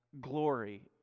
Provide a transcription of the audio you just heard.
glory